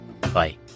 Bye